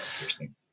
piercing